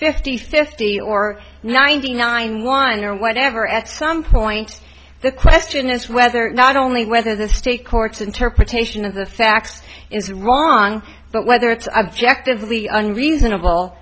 fifty fifty or ninety nine one or whatever at some point the question is whether or not only whether the state courts interpretation of the facts is wrong but whether it's objectively and reasonable